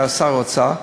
שהיה שר האוצר,